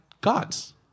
God's